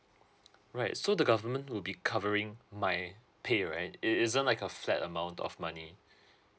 right so the government will be covering my pay right it isn't like a flat amount of money